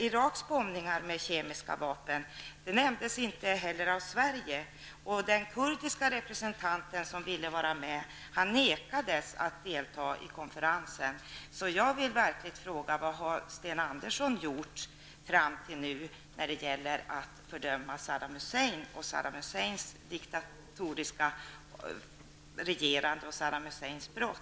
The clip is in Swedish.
Iraks bombningar med kemiska vapen nämndes inte heller av Sverige, och den kurdiska representanten som ville vara med nekades att delta i konferensen. Så jag vill verkligen fråga: Vad har Sten Andersson gjort fram till nu när det gäller att fördöma Saddam Husseins brott?